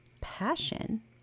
passion